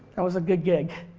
it was a good gig.